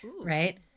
right